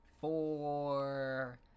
four